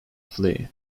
flea